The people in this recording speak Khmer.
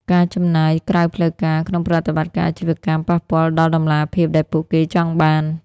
ការចំណាយក្រៅផ្លូវការក្នុងប្រតិបត្តិការអាជីវកម្ម ប៉ះពាល់ដល់តម្លាភាពដែលពួកគេចង់បាន។